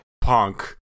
Punk